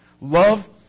Love